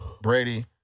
Brady